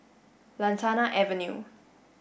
Lantana Avenue